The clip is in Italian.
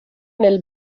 nel